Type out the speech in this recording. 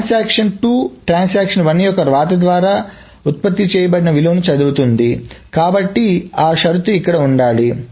transaction 2 transaction 1 యొక్క వ్రాత ద్వారా ఉత్పత్తి చేయబడిన విలువను చదువుతుంది కాబట్టి ఆ షరతు ఇక్కడ ఉండాలి